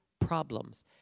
problems